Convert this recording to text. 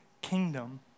kingdom